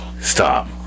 Stop